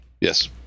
Yes